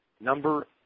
number